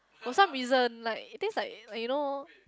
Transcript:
for some reason like it taste like like you know